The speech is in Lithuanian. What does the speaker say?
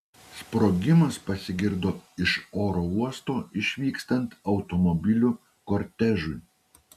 sprogimas pasigirdo iš oro uosto išvykstant automobilių kortežui